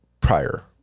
prior